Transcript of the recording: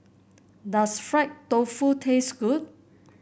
does Fried Tofu taste good